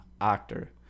actor